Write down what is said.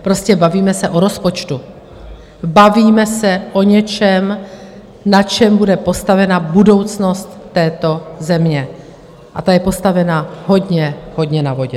Prostě bavíme se o rozpočtu, bavíme se o něčem, na čem bude postavena budoucnost této země, a ta je postavena hodně, hodně na vodě.